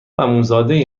عموزاده